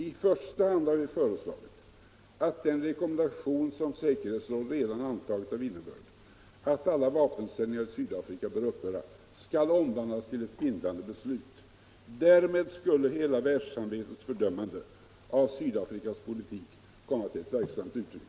I första hand har vi föreslagit att den rekommendation som säkerhetsrådet redan antagit av innebörd att alla vapensändningar till Sydafrika bör upphöra skall omvandlas till ett bindande beslut. Därmed skulle heta världssamfundets fördömande av Sydafrikas politik komma till ett verksamt uttryck.”